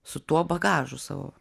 su tuo bagažu savo